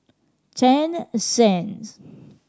Ten CENZ